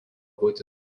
būti